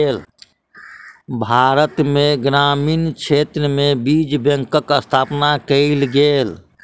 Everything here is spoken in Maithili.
भारत में ग्रामीण क्षेत्र में बीज बैंकक स्थापना कयल गेल